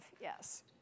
yes